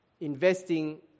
investing